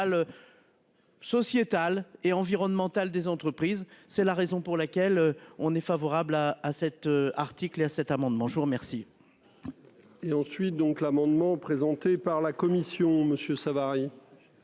Sociétale et environnementale des entreprises. C'est la raison pour laquelle on est favorable à à cet article est à cet amendement, je vous remercie. Et ensuite donc l'amendement présenté par la Commission, Monsieur